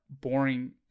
boring